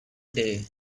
day